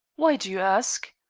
why do you ask?